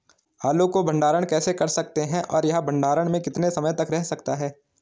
आलू को भंडारण कैसे कर सकते हैं और यह भंडारण में कितने समय तक रह सकता है?